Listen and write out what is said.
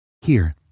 Here